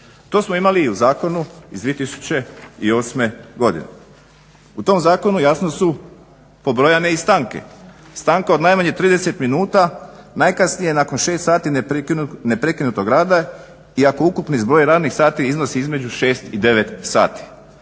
To smo imali i u zakonu iz 2008.godine. U tom zakonu jasno su pobrojane i stanke. Stanke od najmanje 30 minuta najkasnije nakon 6 sati neprekinutog rada i ako ukupni zbroj radnih sati iznosi između 6 i 9 sati.